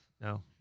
no